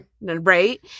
Right